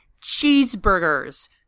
cheeseburgers